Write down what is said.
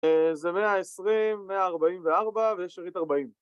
זה 120, 144 ושארית 40